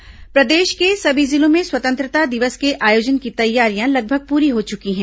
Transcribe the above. स्वतंत्रता दिवस तैयारी प्रदेश के सभी जिलों में स्वतंत्रता दिवस के आयोजन की तैयारियां लगभग पूरी हो चुकी हैं